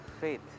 Faith